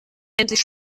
endlich